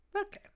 Okay